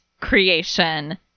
creation